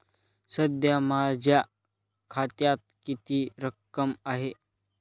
सध्या माझ्या खात्यात किती रक्कम आहे?